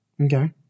Okay